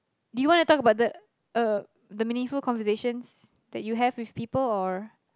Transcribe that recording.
do you want to talk about the uh the meaningful conversations that you have with people or